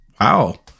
wow